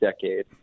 decade